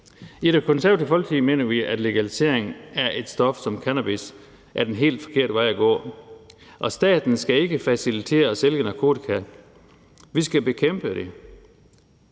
I Det Konservative Folkeparti mener vi, at en legalisering af et stof som cannabis er den helt forkerte vej at gå. Staten skal ikke facilitere at sælge narkotika; vi skal bekæmpe det.